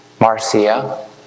Marcia